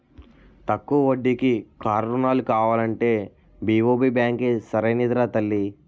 తక్కువ వడ్డీకి కారు రుణాలు కావాలంటే బి.ఓ.బి బాంకే సరైనదిరా తల్లీ